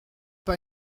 pas